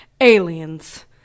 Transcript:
Aliens